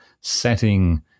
setting